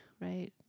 right